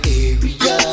area